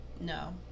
no